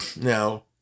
Now